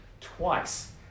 twice